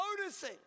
noticing